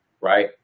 Right